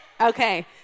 Okay